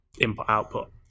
input-output